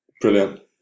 Brilliant